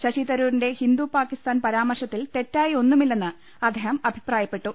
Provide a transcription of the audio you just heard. ശരിതരൂരിന്റെ ഹിന്ദു പാകിസ്താൻ പരാമർശ ത്തിൽ തെറ്റായി ഒന്നുമില്ലെന്ന് അദ്ദേഹം അഭിപ്രായപ്പെട്ടു